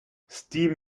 steam